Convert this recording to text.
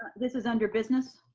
this is under business?